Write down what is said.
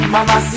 Mama